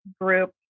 group